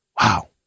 Wow